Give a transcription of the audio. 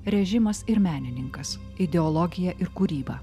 režimas ir menininkas ideologija ir kūryba